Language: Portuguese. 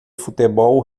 futebol